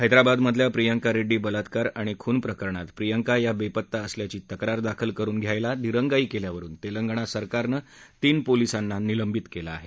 हैद्राबादमधल्या प्रियंका रेड्डी बलात्कार आणि खून प्रकरणात प्रियांका या बेपत्ता असल्याची तक्रार दाखल करून घ्यायला दिरंगाई केल्यावरून तेलंगणा सरकारनं तीन पोलीसांना निलंबित केलं आहे